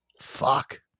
Fuck